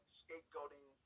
scapegoating